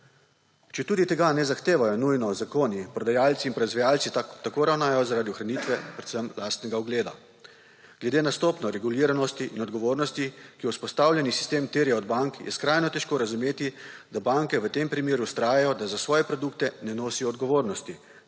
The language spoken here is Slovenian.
Četudi tega ne zahtevajo nujno zakoni, prodajalci in proizvajalci tako ravnajo zaradi ohranitve predvsem lastnega ugleda. Glede na stopnjo reguliranosti in odgovornosti, ki jo vzpostavljeni sistem terja od bank, je skrajno težko razumeti, da banke v tem primeru vztrajajo, da za svoje produkte ne nosijo odgovornosti,